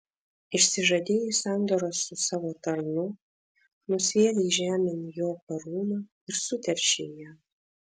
išsižadėjai sandoros su savo tarnu nusviedei žemėn jo karūną ir suteršei ją